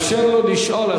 תאפשר לו לשאול,